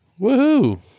Woohoo